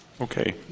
Okay